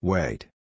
Wait